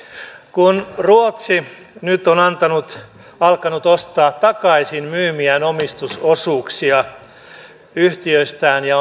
kun ruotsi nyt on alkanut ostaa takaisin myymiään omistusosuuksia yhtiöistään ja